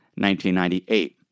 1998